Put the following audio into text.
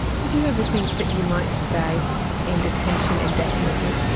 did you ever think that you might stay in detention indefinitely?